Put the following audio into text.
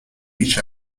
each